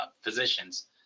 physicians